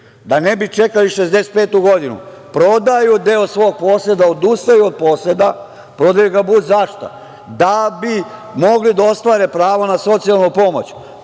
da ne bi čekali 65. godinu, prodaju deo svog poseda, odustaju od poseda, prodaju ga budzašto, da bi mogli da ostvare pravo na socijalnu pomoć